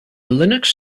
linux